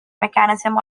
mechanism